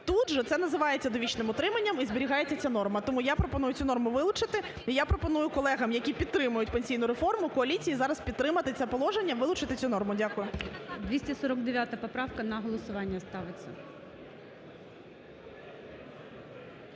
Тут же це називається довічним утриманням і зберігається ця норма. Тому я пропоную цю норму вилучити. І я пропоную колегам, які підтримують пенсійну реформу, коаліції зараз підтримати це положення, вилучити цю норму. Дякую. ГОЛОВУЮЧИЙ. 249 поправка на голосування ставиться.